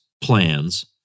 plans